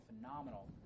phenomenal